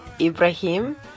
Ibrahim